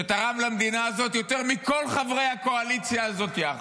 שתרם למדינה הזאת יותר מכל חברי הקואליציה הזאת יחד,